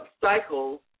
cycles